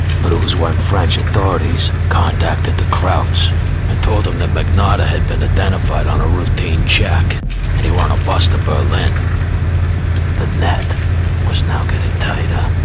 but it was when french authorities contacted the krauts and told them that magnotta had been identified on a routine check and he were on a bus to berlin the net was now getting tighter